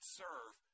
serve